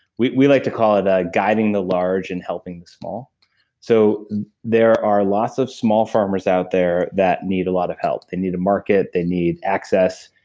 we we like to call it ah guiding the large and helping the small so there are lots of small farmers out there that need a lot of help. they need a market they need access.